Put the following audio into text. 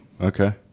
Okay